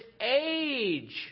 age